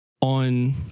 on